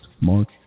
Mark